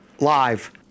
live